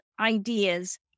ideas